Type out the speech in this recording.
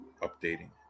updating